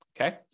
okay